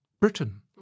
Britain